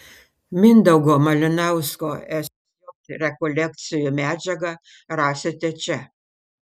mindaugo malinausko sj rekolekcijų medžiagą rasite čia